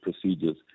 procedures